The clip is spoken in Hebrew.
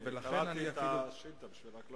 שלמשרד החוץ אין שום יכולות,